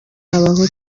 abahutu